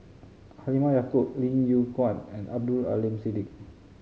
Halimah Yacob Lim Yew Kuan and Abdul Aleem Siddique